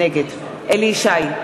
נגד אליהו ישי,